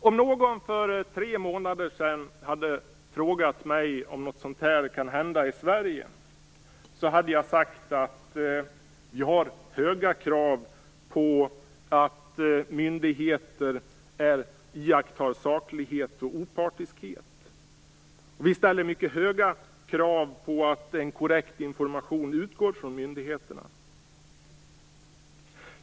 Om någon för tre månader sedan hade frågat mig om något sådant här kan hända i Sverige, hade jag svarat att vi har höga krav på att myndigheter iakttar saklighet och opartiskhet och att vi ställer mycket höga krav på att en korrekt information utgår från myndigheterna.